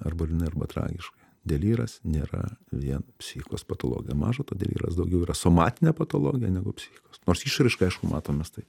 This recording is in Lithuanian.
arba liūdnai arba tragiškai delyras nėra vien psichikos patologija maža to delyras daugiau yra somatinė patologija negu psichikos nors išraiška aišku matomas tai